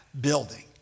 building